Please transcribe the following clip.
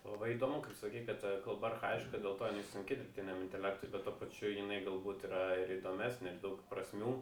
labai įdomu kaip sakei kad ta kalba archajiška dėl to sunki dirbtiniam intelektui bet tuo pačiu jinai galbūt yra ir įdomesnė daug prasmių